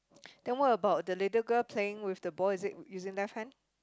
then what about the little girl playing with the ball is it using left hand